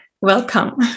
Welcome